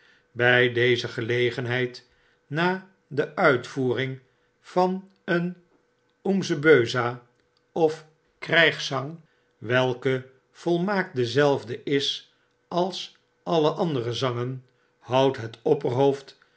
by deze gelggenheid na de uitvoering van een umsebeuza of krjjgszang welke volmakt dezelfde is als alle andere zangen houdt het opperhoofd